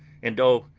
and oh,